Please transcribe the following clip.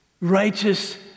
righteous